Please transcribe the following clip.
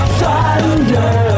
thunder